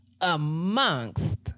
amongst